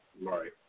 Right